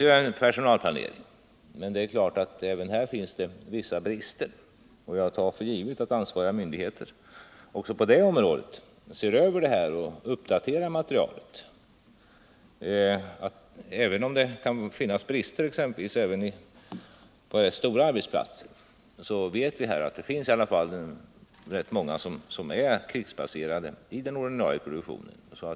Här finns en personalplanering, men det är klart att även den har vissa brister. Jag tar för givet att ansvariga myndigheter också på det området ser över svårigheterna och uppdaterar materialet. Även om det kan finnas brister också på stora arbetsplatser vet vi att det finns rätt många som är krigsplacerade i den ordinare produktionen.